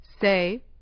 Say